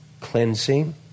cleansing